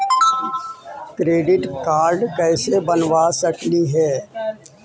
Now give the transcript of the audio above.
Credit card कैसे बनबा सकली हे?